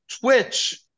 Twitch